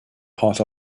part